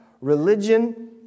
religion